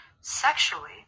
sexually